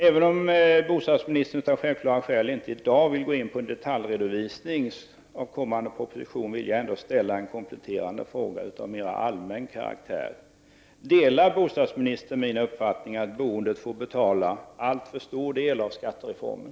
Även om bostadsministern av självklara skäl inte i dag vill gå in på en detaljredovisning av den kommande propositionen vill jag ställa en kompletterande fråga av mer allmän karaktär: Delar bostadsministern min uppfattning att boendet får betala en alltför stor del av skattereformen?